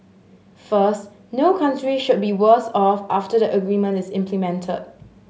first no country should be worse off after the agreement is implemented